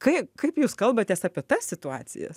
kai kaip jūs kalbatės apie tas situacijas